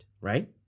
right